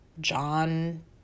John